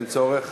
אין צורך?